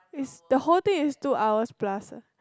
is the world thing is two hours plus